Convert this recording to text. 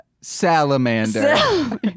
salamander